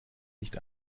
nicht